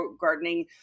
gardening